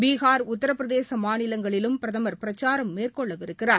பீகார் உத்திரபிரதேச மாநிலங்களிலும் பிரதமர் பிரச்சாரம் மேற்கொள்ளவிருக்கிறார்